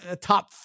top